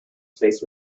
space